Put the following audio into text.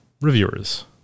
reviewers